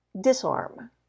disarm